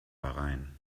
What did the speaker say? bahrain